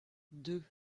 deux